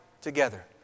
together